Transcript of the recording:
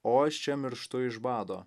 o aš čia mirštu iš bado